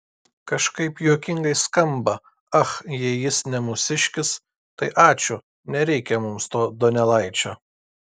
kažkaip juokingai skamba ach jei jis ne mūsiškis tai ačiū nereikia mums to donelaičio